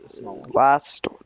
last